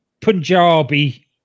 Punjabi